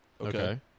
Okay